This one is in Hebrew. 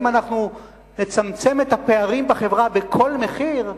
האם אנחנו נצמצם את הפערים בחברה בכל מחיר?